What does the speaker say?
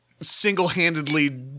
single-handedly